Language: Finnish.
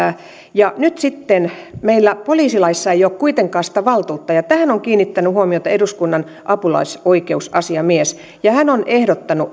nyt sitten meillä poliisilaissa ei ole kuitenkaan sitä valtuutta ja tähän on kiinnittänyt huomiota eduskunnan apulaisoikeusasiamies ja hän on ehdottanut